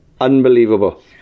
Unbelievable